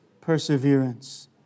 perseverance